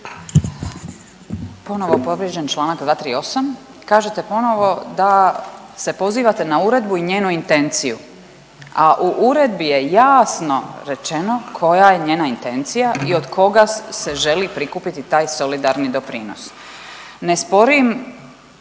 Ponovo povrijeđen čl. 238. Kažete ponovo da se pozivate na uredbu i njenu intenciju, a u uredni je jasno rečeno koja je njena intencija i od koga se želi prikupiti taj solidarni doprinos. Ne sporim